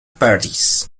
parties